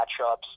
matchups